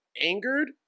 angered